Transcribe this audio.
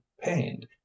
pained